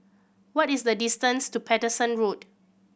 what is the distance to Paterson Road